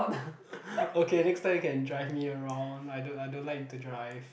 okay next time you can drive me around I don't I don't like to drive